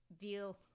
deal